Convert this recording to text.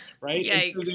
right